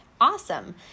Awesome